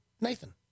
Nathan